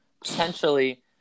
potentially